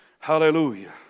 Hallelujah